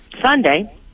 Sunday